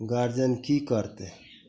guardian कि करतै